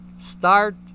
Start